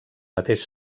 mateix